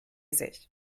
sich